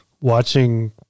watching